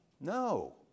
No